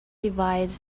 divides